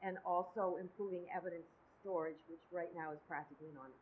and also improving evidence storage is right now is practically on